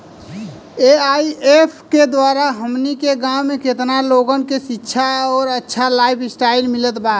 AIF के द्वारा हमनी के गांव में केतना लोगन के शिक्षा और अच्छा लाइफस्टाइल मिलल बा